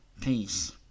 Peace